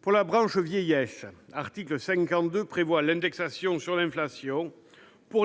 Pour la branche vieillesse, l'article 52 prévoit l'indexation sur l'inflation